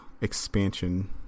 expansion